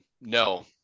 No